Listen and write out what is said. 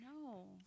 No